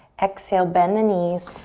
exhale, bend the knees.